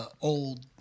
old